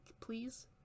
please